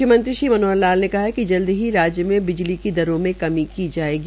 मुख्यमंत्री श्री मनोहर लाल ने कहा है कि जल्द ही राज्य में बिजली की दरों में कमी की जायेगी